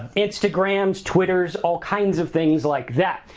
instagrams, twitters, all kinds of things like that.